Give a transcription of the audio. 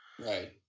Right